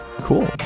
cool